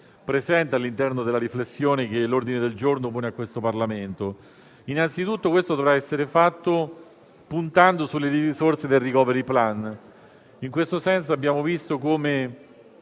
e come si dice nella riflessione che l'ordine del giorno pone al Parlamento. Innanzitutto ciò dovrà essere fatto puntando sulle risorse del *recovery plan.* In questo senso, abbiamo visto come